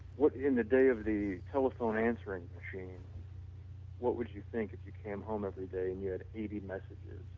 what in the day of the telephone answering machine what would you think if you came home everyday and you had eighty messages,